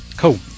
Cool